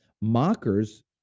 Mockers